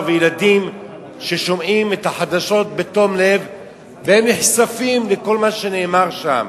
והילדים ששומעים את החדשות בתום לב והם נחשפים לכל מה שנאמר שם.